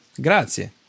Grazie